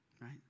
right